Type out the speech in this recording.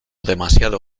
demasiado